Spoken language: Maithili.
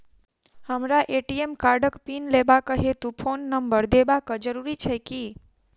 हमरा ए.टी.एम कार्डक पिन लेबाक हेतु फोन नम्बर देबाक जरूरी छै की?